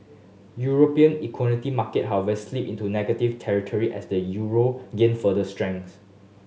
European market however slipped into negative territory as the euro gained further strength